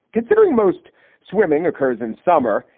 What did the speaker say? considering most swimming occurs in summer,